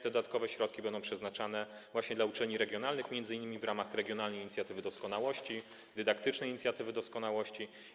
Te dodatkowe środki będą przeznaczane właśnie na uczelnie regionalne, m.in. w ramach regionalnej inicjatywy doskonałości, dydaktycznej inicjatywy doskonałości.